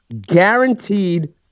guaranteed